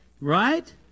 Right